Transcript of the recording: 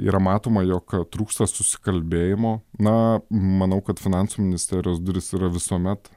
yra matoma jog trūksta susikalbėjimo na manau kad finansų ministerijos durys yra visuomet